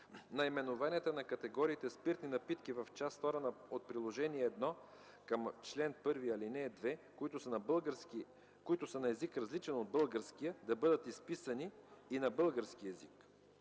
Наименованията на категориите спиртни напитки в Част ІІ от Приложение № 1 към чл. 1, ал. 2, които са на език, различен от българския, да бъдат изписани и на български език.